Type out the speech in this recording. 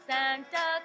Santa